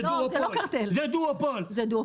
זה דואופול.